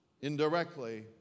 Indirectly